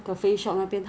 okay lah